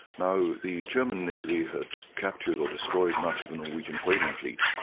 now the german navy had captured or destroyed much of the norwegian whaling fleet,